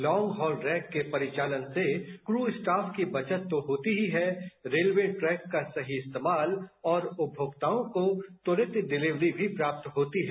long haul rake के परिचालन से क्रू स्टाफ की बचत तो होती ही है रेलवे ट्रैक का सही इस्तेमाल और उपभोक्ताओं को त्वरित डिलीवरी भी प्राप्त होती है